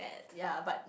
ya but